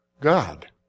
God